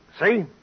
See